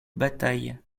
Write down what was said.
bataille